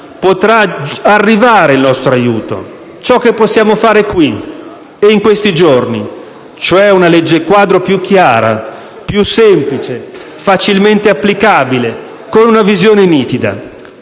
potrà arrivare il nostro aiuto, ciò che possiamo fare qui in questi giorni: una legge quadro più chiara, più semplice, facilmente applicabile, con una visione nitida,